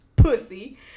pussy